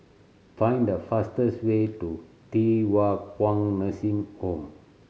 find the fastest way to Thye Hua Kwan Nursing Home